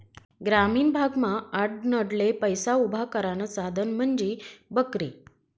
ग्रामीण भागमा आडनडले पैसा उभा करानं साधन म्हंजी बकरी